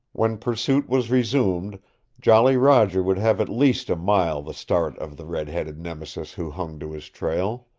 when pursuit was resumed jolly roger would have at least a mile the start of the red-headed nemesis who hung to his trail.